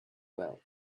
well